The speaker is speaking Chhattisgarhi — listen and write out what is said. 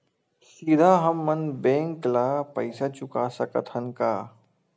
सीधा हम मन बैंक ले पईसा चुका सकत हन का?